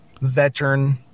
veteran